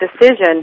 decision